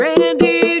Randy